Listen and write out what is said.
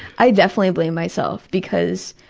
i definitely blamed myself, because